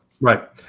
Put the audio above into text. Right